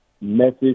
message